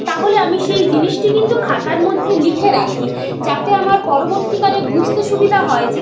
তাহলে আমি সেই জিনিসটি কিন্তু খাতার মধ্যে লিখে রাখি যাতে আমার পরবর্তীকালে বুঝতে সুবিধা হয় যে